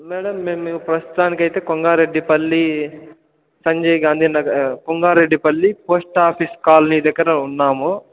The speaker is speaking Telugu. మేడం మేము ప్రస్తుతానికైతే Kondareddy Palli Sanjay Gandhi Nagar Konda Reddy Palli post office colony దగ్గర ఉన్నాము